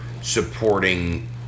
supporting